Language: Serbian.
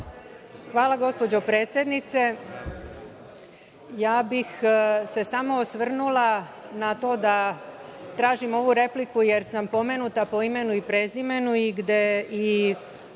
Hvala gospođo predsednice. Samo bih se osvrnula na to da tražim ovu repliku jer sam pomenuta po imenu i prezimenu,